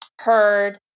heard